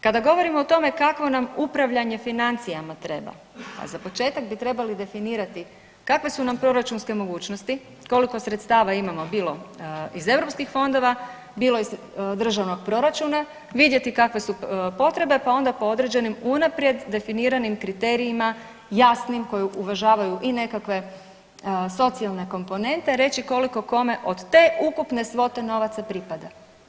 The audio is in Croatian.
Kada govorimo o tome kakvo nam upravljanje financijama treba, pa za početak bi trebali definirati kakve su nam proračunske mogućnosti, koliko sredstava imamo bilo iz europskih fondova, bilo iz državnog proračuna, vidjeti kakve su potrebe, pa onda po određenim unaprijed definiranim kriterijima jasnim koji uvažavaju i nekakve socijalne komponente reći koliko kome od te ukupne svote novaca pripada.